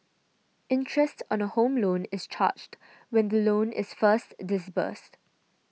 interest on a Home Loan is charged when the loan is first disbursed